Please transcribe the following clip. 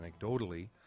anecdotally